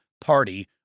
party